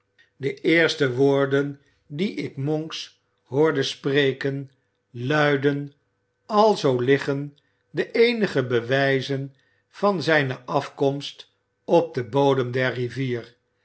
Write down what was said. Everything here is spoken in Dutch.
de eerste woorden die ik monks hoorde spreken luidden alzoo liggen de eenige bewijzen van zijne afkomst op den bodem der rivier